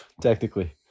technically